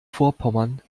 vorpommern